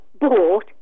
bought